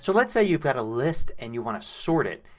so let's say you've got a list and you want to sort it.